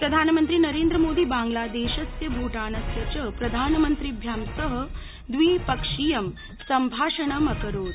प्रधानमन्त्री नरेन्द्रमोदी बांग्लादेशस्य भूटानस्य च प्रधानमन्त्रिभ्यां सह द्विपक्षीयं संभाषणं अकरोत्